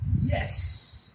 Yes